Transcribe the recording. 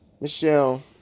Michelle